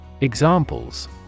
Examples